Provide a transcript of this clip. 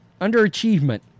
Underachievement